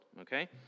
okay